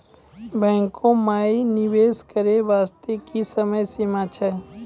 बैंको माई निवेश करे बास्ते की समय सीमा छै?